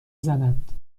زند